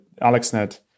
AlexNet